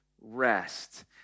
rest